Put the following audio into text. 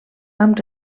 amb